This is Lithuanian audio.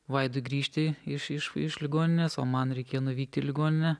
vaidui grįžti iš iš ligoninės o man reikėjo nuvykti į ligoninę